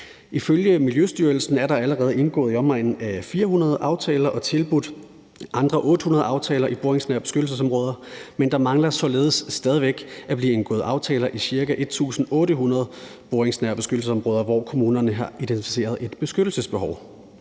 Ifølge Miljøstyrelsen er der allerede indgået i omegnen af 400 aftaler og tilbudt andre 800 aftaler i boringsnære beskyttelsesområder, men der mangler således stadig væk at blive indgået aftaler i ca. 1.800 boringsnære beskyttelsesområder, hvor kommunerne har identificeret et indsatsbehov.